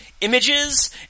images